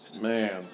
Man